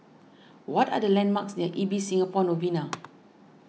what are the landmarks near Ibis Singapore Novena